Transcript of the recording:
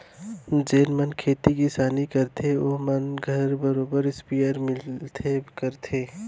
जेन मन खेती किसानी करथे ओ मन घर बरोबर इस्पेयर मिलबे करथे